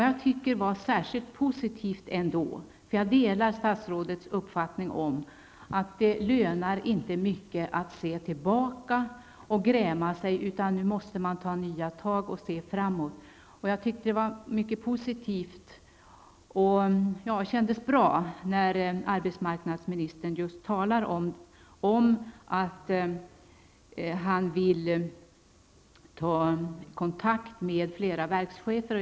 Jag delar statsrådets uppfattning att det inte lönar sig mycket att se tillbaka och gräma sig, utan nu måste man i stället ta nya tag och se framåt. Jag tyckte att det var mycket positivt och att det kändes bra när arbetsmarknadsministern talade om att han vill ta kontakt med flera verkschefer.